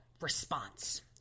response